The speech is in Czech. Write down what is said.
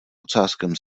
ocáskem